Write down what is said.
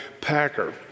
Packer